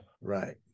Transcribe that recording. Right